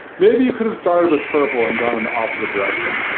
maybe you could have started with purple, and gone in the opposite direction.